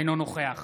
אינו נוכח